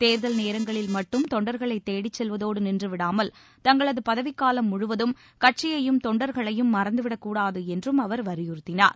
தேர்தல் நேரங்களில் மட்டும் தொண்டர்களை தேடிச் செல்வதோடு நின்றுவிடாமல் தங்களது பதவிக்காலம் முழுவதும் கட்சியையும் தொண்டர்களையும் மறந்துவிடக் கூடாது என்றும் அவர் அறிவுறுத்தினார்